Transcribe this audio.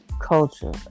Culture